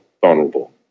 vulnerable